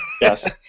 Yes